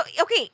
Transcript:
okay